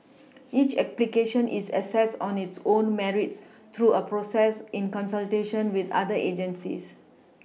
each application is assessed on its own Merits through a process in consultation with other agencies